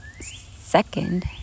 second